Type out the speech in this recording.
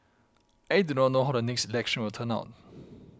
I do not know how the next election will turn out